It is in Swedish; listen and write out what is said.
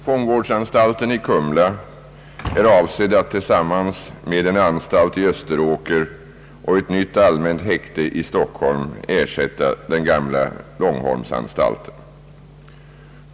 Fångvårdsanstalten i Kumla är avsedd att tillsammans med en anstalt i Österåker och ett nytt allmänt häkte i Stockholm ersätta den gamla Långholmsanstalten.